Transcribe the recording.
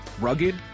Rugged